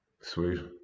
Sweet